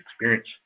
experience